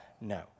No